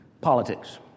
Politics